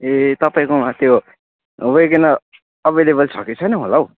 ए तपाईँकोमा त्यो वेगेनर एभाइलेबल छ कि छैन होला हौ